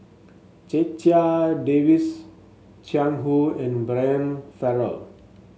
Checha Davies Jiang Hu and Brian Farrell